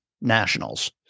nationals